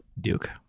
Duke